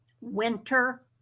Winter